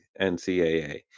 NCAA